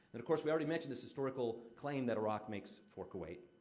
then, of course, we already mentioned this historical claim that iraq makes for kuwait.